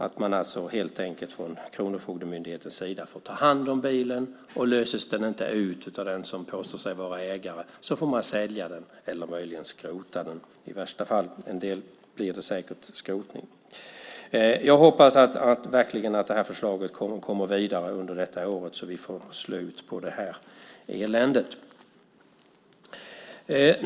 Man får alltså helt enkelt från Kronofogdemyndighetens sida ta hand om bilen, och om den inte löses ut av den som påstår sig vara ägare får man sälja den eller möjligen skrota den. I en del fall blir det säkert skrotning. Jag hoppas verkligen att det här förslaget kommer vidare under detta år så att vi får slut på det här eländet.